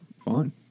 Fine